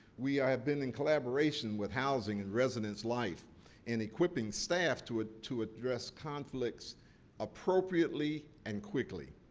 we have been in collaboration with housing and residence life in equipping staff to ah to address conflicts appropriately and quickly.